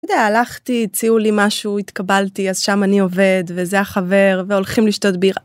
אתה יודע, הלכתי הציעו לי משהו התקבלתי אז שם אני עובד וזה החבר והולכים לשתות בירה.